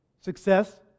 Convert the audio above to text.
Success